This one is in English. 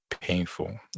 Painful